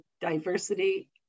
diversity